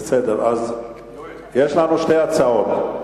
יש לנו שתי הצעות.